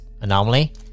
anomaly